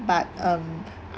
but um